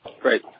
Great